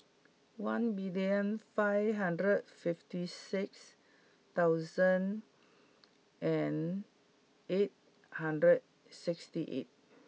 one million five hundred fifty six thousand and eight hundred sixty eight